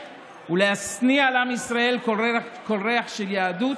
ולהשניא על עם ישראל כל ריח של יהדות,